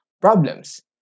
problems